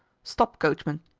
stop, coachman.